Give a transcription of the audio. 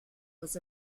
was